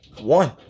One